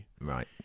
right